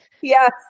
Yes